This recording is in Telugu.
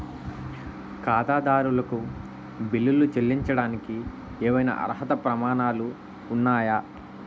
ఖాతాదారులకు బిల్లులు చెల్లించడానికి ఏవైనా అర్హత ప్రమాణాలు ఉన్నాయా?